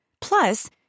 Plus